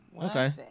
Okay